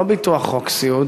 לא חוק ביטוח סיעוד